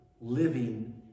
living